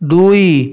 ଦୁଇ